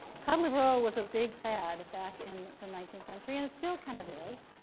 cod liver oil was a big fad back in the nineteenth century. and it still kind of is.